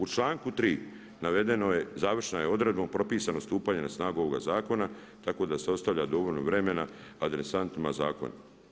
U članku 3. navedeno je, završnom je odredbom propisano stupanje na snagu ovoga Zakona tako da se ostavlja dovoljno vremena adresantima zakona.